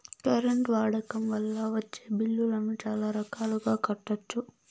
current వాడకం వల్ల వచ్చే బిల్లులను చాలా రకాలుగా కట్టొచ్చు